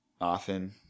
often